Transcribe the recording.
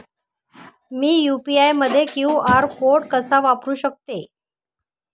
मी UPI मध्ये QR code कसा वापरु शकते?